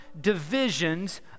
divisions